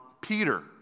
Peter